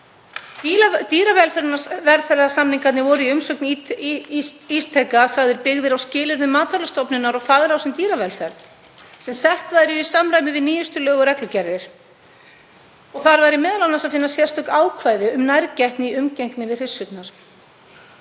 Dýravelferðarsamningarnir voru í umsögn Ísteka sagðir byggðir á skilyrðum Matvælastofnunar og fagráðs um dýravelferð sem sett væru í samræmi við nýjustu lög og reglugerðir. Þar væri m.a. að finna sérstök ákvæði um nærgætni í umgengni við hryssurnar.